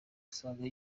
asanga